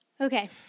Okay